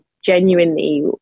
genuinely